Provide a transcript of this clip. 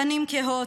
פנים כהות,